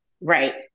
Right